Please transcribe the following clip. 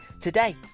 today